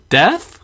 death